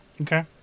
okay